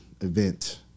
event